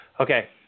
Okay